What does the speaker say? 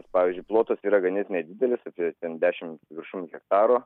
pavyzdžiui plotas yra ganėtinai didelis apie ten dešimt viršum hektaro